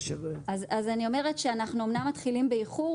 אז אני אומרת שאנחנו אמנם מתחילים באיחור